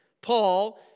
Paul